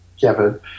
Kevin